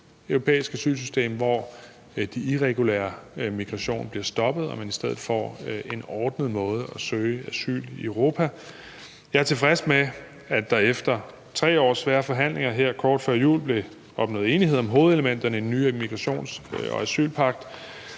europæisk asylsystem, hvor den irregulære migration bliver stoppet og man i stedet får en ordnet måde at søge asyl i Europa på. Jeg er tilfreds med, at der efter 3 års svære forhandlinger her kort før jul blev opnået enighed om hovedelementerne i den nye migrations- og asylpagt.